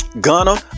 Gunner